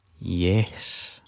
Yes